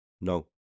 No